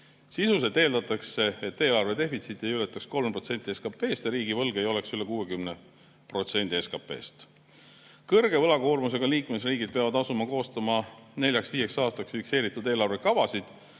Sisuliselt eeldatakse, et eelarve defitsiit ei ületa 3% SKP-st ja riigivõlg ei ole üle 60% SKP-st. Kõrge võlakoormusega liikmesriigid peavad asuma koostama neljaks, viieks aastaks fikseeritud eelarvekavasid,